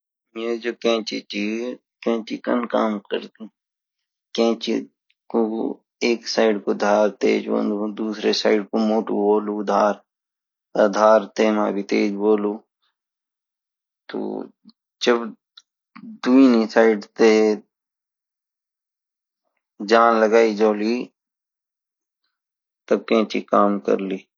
येजो कैंची ची ये कण काम करदी कैंची कु एक साइड कु धार तेज़ होन्दु और दूसरे साइड कु मोटू होलु धार अगर धार तेमा भी तेज़ होलु तो जब दोनो साइड ते जान लगाई जाली तब कैंची काम कर्ली